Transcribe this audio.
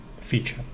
feature